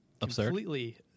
completely